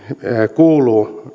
kuuluvat